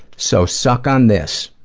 so suck on this!